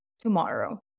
tomorrow